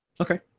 Okay